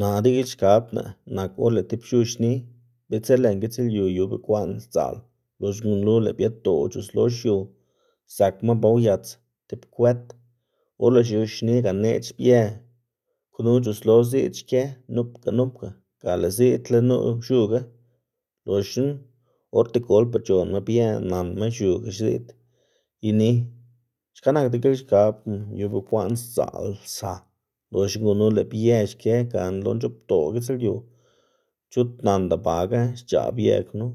Naꞌ degilxkabná nak or lëꞌ tib x̱u xni, bitser lën gitslyu yu bekwaꞌn sdzaꞌl loxna gunu lëꞌ biedoꞌ c̲h̲uslo xiu zakma ba uyats tib kwet. Or lëꞌ x̱u xni ganeꞌc̲h̲ bie knu c̲h̲uslo ziꞌd xkë nupga nupga ga lëꞌ ziꞌdla nu- x̱uga, loxna or tigolpa c̲h̲onma bie nanma x̱uga x̱iꞌd ini. Xka nak degilxkab yu bekwaꞌn sdzaꞌlsa loxna gunu lëꞌ bie xkë gana lo nc̲h̲oꞌbdoꞌ gitslyu chut nanda baga xc̲h̲aꞌ bie knu